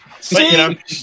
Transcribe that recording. See